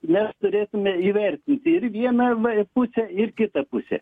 mes turėtume įvertinti ir vieną pusę ir kita pusę